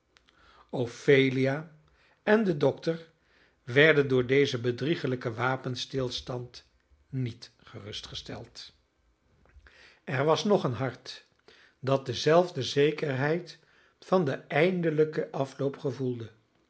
ophelia en de dokter werden door dezen bedriegelijke wapenstilstand niet gerustgesteld er was nog een hart dat dezelfde zekerheid van den eindelijken afloop gevoelde